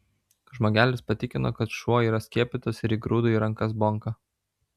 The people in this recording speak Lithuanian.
žmogelis patikino kad šuo yra skiepytas ir įgrūdo į rankas bonką